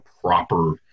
proper